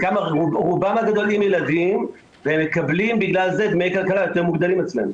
רובם הגדול עם ילדים ועקב כך הם מקבלים דמי כלכלה יותר מוגדלים אצלנו.